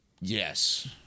yes